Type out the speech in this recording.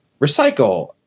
recycle